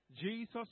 Jesus